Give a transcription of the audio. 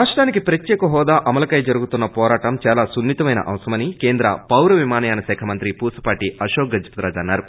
రాష్టానికి ప్రత్యేక హోదా అమలు కై జరుగుతున్న వోరాటం చాలా సున్ని తమైన అంశమని కేంద్ర పౌరవిమానయాన శాఖ మంత్రి పూసపాటి అశోక్ గజపతిరాజు అన్నారు